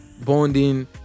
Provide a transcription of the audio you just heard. bonding